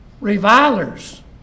revilers